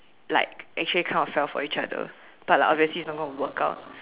like actually kind of fell for each other but like obviously it's not gonna work out